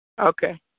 Okay